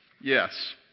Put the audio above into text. Yes